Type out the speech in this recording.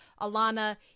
Alana